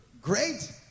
Great